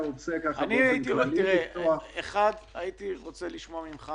אני רוצה לשמוע ממך